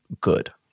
good